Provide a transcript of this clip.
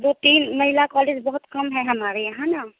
दो तीन महिला कॉलेज बहुत कम है हमारे यहाँ ना